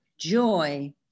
joy